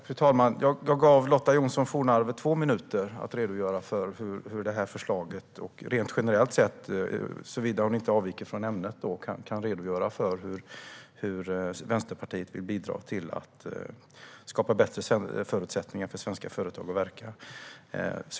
Fru talman! Jag gav Lotta Johnsson Fornarve två minuter att redogöra för det här förslaget och för, såvida hon inte avviker från ämnet, hur Vänsterpartiet generellt sett vill bidra till att skapa bättre förutsättningar för svenska företag att verka.